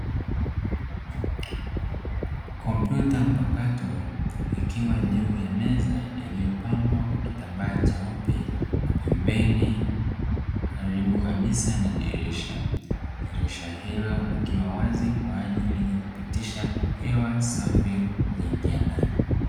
Kompyuta mpakato ikiwa juu ya meza iliyopambwa kwa kitambaa cheupe pembeni karibu kabisa na dirisha, dirisha hilo likiwa wazi kwa ajili ya kupitisha hewa safi kuingia ndani.